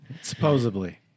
Supposedly